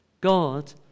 God